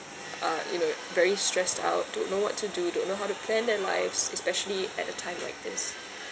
uh you know very stressed out don't know what to do don't know how to plan their lives especially at a time like this